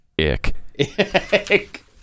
Ick